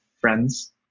friends